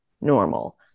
normal